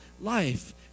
life